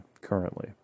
currently